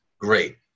great